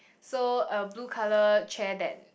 so a blue colour chair that